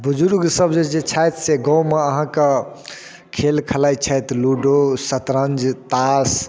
बुजुर्ग सबजे जे छथि से गावँमे अहाँके खेल खलाइ छथि लूडो शतरञ्ज तास